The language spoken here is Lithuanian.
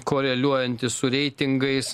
koreliuojanti su reitingais